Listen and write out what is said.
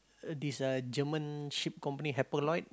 this uh German ship company Hapag-Lloyd